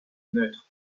neutre